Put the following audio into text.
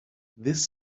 this